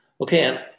Okay